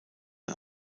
ein